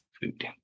food